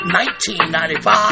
1995